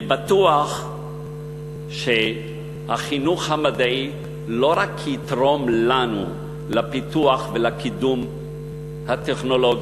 אני בטוח שהחינוך המדעי לא רק יתרום לנו לפיתוח ולקידום הטכנולוגי,